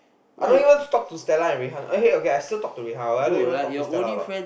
I don't even talk to Stella and Rui-Han okay okay I still talk to Rui-Han but I don't even talk Stella a lot